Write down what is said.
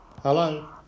Hello